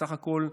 בסך הכול,